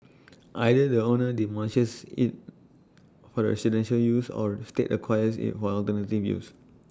either the owner demolishes IT for residential use or state acquires IT for alternative use